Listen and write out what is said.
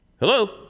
Hello